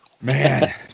Man